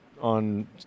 on